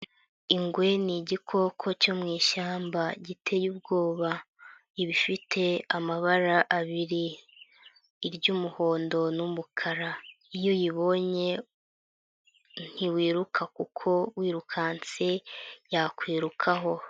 Ingwe ni igikoko cyo mu ishyamba giteye ubwoba. Iba ifite amabara abiri, iry'umuhondo n'umukara. Iyo uyibonye ntiwiruka kuko wirukanse yakwirukaho.